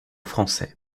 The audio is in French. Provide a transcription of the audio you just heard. français